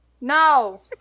No